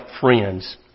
friends